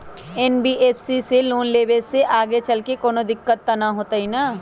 NBFC से loan लेबे से आगेचलके कौनो दिक्कत त न होतई न?